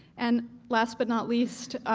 and last but not least,